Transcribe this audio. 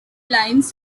lines